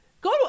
go